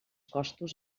costos